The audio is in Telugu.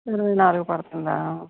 ఇరవై నాలుగు పడతుందా